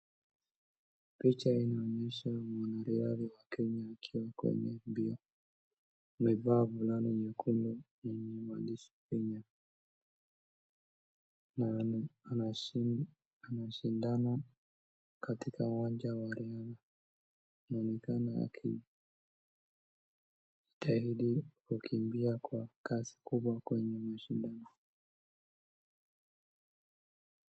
Picha inaonyesha mwanariadha wa Kenya akiwa kwenye mbio, amevaa fulana nyekundu yenye maandishi Kenya, na ana anashindana katika uwanja wa riadha, anaonekana akijitahidi kukimbia kwa kasi kubwa kwenye mashindano.